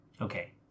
okay